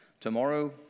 tomorrow